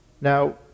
Now